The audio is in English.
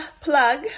Plug